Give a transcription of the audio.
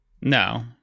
No